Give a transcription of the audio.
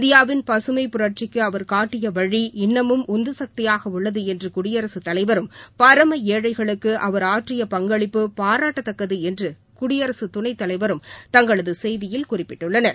இந்தியாவின் பகமைப் புரட்சிக்கு அவர் காட்டிய வழி இன்னமும் உந்துசக்தியாக உள்ளது என்று குடியரசுத் தலைவரும் பரம ஏழைகளுக்கு அவர் ஆற்றிய பங்களிப்பு பாராட்டத்தக்கது என்று குடியரசு துணைத்தலைவரும் தங்களது செய்தியில் குறிப்பிட்டுள்ளனா்